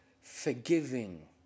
Forgiving